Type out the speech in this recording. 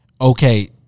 Okay